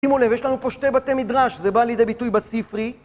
שימו לב, יש לנו פה שתי בתי מדרש, זה בא לידי ביטוי בספרי.